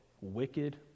Wicked